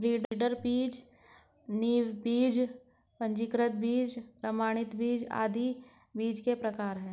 breeder बीज, नींव बीज, पंजीकृत बीज, प्रमाणित बीज आदि बीज के प्रकार है